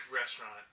restaurant